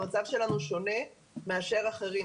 המצב שלנו שונה מאשר של אחרים,